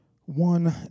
one